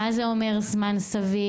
מה זה אומר זמן סביר.